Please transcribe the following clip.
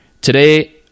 Today